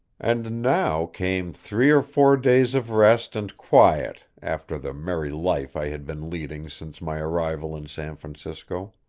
and now came three or four days of rest and quiet after the merry life i had been leading since my arrival in san francisco.